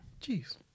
Jeez